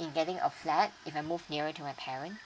in getting a flat if I move nearer to my parent